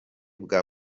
bwa